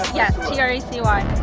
yes. t r a c y.